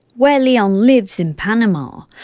where leon lives in panama,